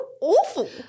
awful